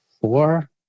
four